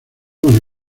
con